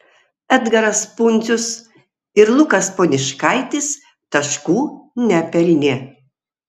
edgaras pundzius ir lukas poniškaitis taškų nepelnė